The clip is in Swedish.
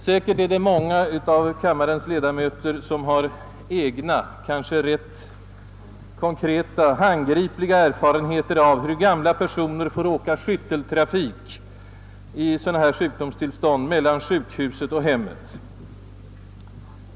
Säkert är det många av kammarens ledamöter som har egna, kanske konkreta och ganska handgripliga erfarenheter av hur gamla personer får åka skytteltrafik mellan sjukhuset och hemmet i sådana sjukdomstillstånd.